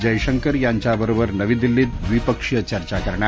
जयशंकरयांच्याबरोबर नवी दिल्लीत द्विपक्षीय चर्चा करणार